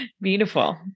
Beautiful